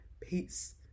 peace